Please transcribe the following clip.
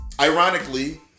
ironically